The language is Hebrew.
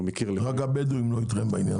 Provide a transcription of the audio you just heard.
רק הבדואים לא איתכם בעניין הזה.